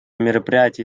мероприятия